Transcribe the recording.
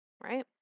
right